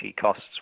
costs